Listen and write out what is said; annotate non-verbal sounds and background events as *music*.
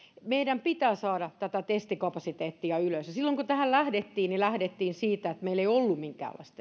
meidän pitää saada tätä testikapasiteettia ylös silloin kun tähän lähdettiin lähdettiin siitä että meillä ei ollut minkäänlaista *unintelligible*